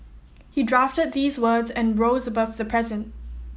he drafted these words and rose above the present